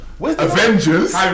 Avengers